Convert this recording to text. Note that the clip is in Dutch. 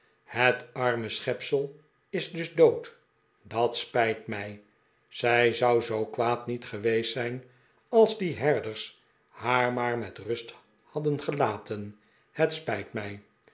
het arme schepsel is dus dood dat spijt mij zij zou zoo kwaad niet geweest zijn als die herders haar maar met rust hadden gelaten het spijt mij